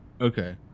Okay